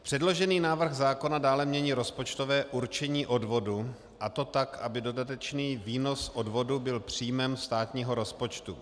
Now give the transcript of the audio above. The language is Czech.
Předložený návrh zákona dále mění rozpočtové určení odvodu, a to tak, aby dodatečný výnos z odvodu byl příjmem státního rozpočtu.